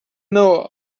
noah